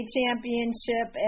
Championship